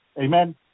Amen